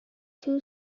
two